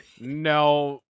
no